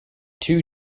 two